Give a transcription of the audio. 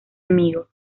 amigo